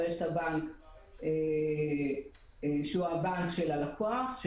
והבנק של הלקוח,